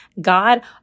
God